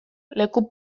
leku